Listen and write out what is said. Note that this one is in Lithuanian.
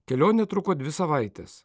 kelionė truko dvi savaites